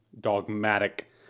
dogmatic